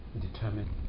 determine